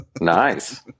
nice